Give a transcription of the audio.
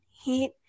Heat